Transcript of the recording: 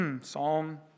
Psalm